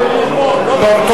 לא רוצה שיהיה מונופול.